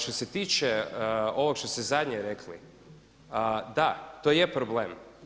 Što se tiče ovoga što ste zadnje rekli, da to je problem.